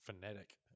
Phonetic